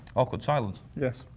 awkward silence. yes.